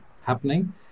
happening